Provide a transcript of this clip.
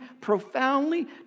profoundly